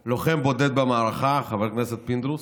לוחם בודד במערכה, חבר הכנסת פינדרוס,